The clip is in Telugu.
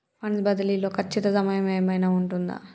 ఫండ్స్ బదిలీ లో ఖచ్చిత సమయం ఏమైనా ఉంటుందా?